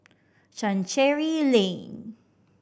Chancery Lane